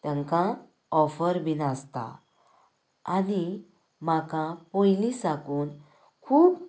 तांकां ऑफर बीन आसता आनी म्हाका पयलीं साकून खूब